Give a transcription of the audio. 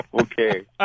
Okay